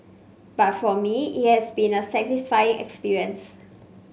but for me it has been a satisfying experience